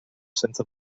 senza